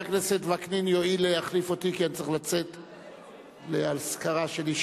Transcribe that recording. התשע"א 2011, נתקבלה.